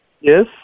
Yes